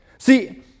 See